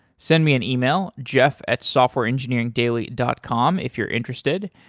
send me an email, jeff at softwareengineeringdaily dot com if you're interested.